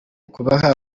kubaha